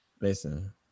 Listen